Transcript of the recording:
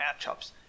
matchups